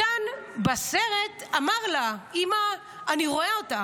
בסרט מתן אמר לה: אימא אני רואה אותך,